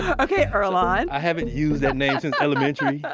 ah okay, earlonne i haven't used that name since elementary. yeah